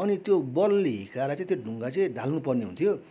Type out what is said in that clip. अनि त्यो बलले हिर्काएर चाहिँ त्यो ढुङ्गा चाहिँ ढाल्नुपर्ने हुन्थ्यो